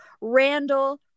Randall